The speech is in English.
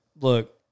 look